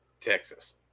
Texas